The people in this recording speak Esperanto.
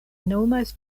nomas